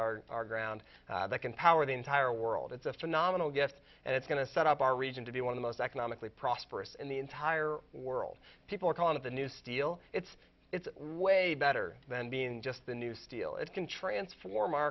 our our ground that can power the entire world it's a phenomenal gift and it's going to set up our region to be one of the most economically prosperous in the entire world people are calling it the new steel it's it's way better than being just a new steel it can transform our